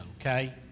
okay